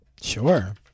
Sure